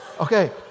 Okay